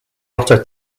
otter